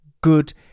good